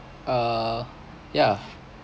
err yeah